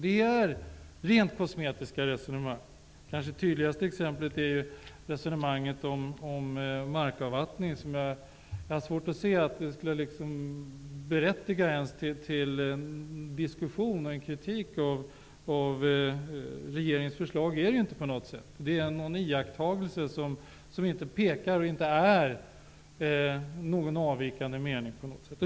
Det kanske tydligaste exemplet är resonemanget om markavvattningen. Jag har svårt att se att det ens skulle berättiga en diskussion eller på något vis skulle innebära kritik av regeringens förslag. Det är iakttagelser som inte på något sätt innebär en avvikande mening.